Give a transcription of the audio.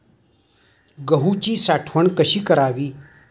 गहूची साठवण कशी करावी?